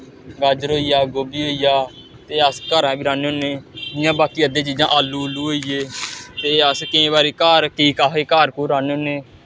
गाजर होई गेआ गोबी होई गेआ ते अस घरैं बी रहाने होन्ने जि'यां बाकी अद्धी चीजां आलू ऊलू होई गे ते अस केईं बारी घर केईं अस घर घुर बी रहाने होन्ने